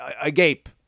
agape